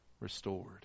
restored